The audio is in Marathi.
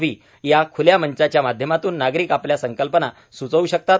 व्ही या खुल्या मंचाच्या माध्यमातून नागरिक आपल्या संकल्पना सुचवू शकतात